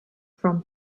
from